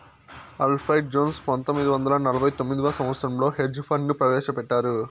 Alfred Jones పంతొమ్మిది వందల నలభై తొమ్మిదవ సంవచ్చరంలో హెడ్జ్ ఫండ్ ను ప్రవేశపెట్టారు